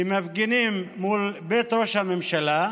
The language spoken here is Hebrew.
שמפגינים מול בית ראש הממשלה,